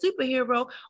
superhero